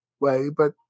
way—but